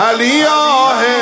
Aliyah